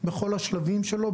בכל השלבים שלו,